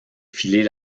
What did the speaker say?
filer